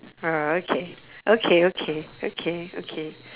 uh okay okay okay okay okay